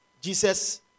Jesus